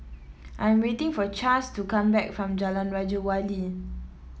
I'm waiting for Chace to come back from Jalan Raja Wali